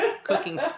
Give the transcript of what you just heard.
cooking